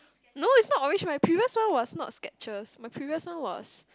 no it's not orange my previous one was not Skechers my previous one was